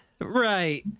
Right